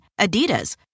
Adidas